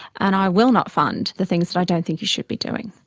and i will not fund the things that i don't think you should be doing.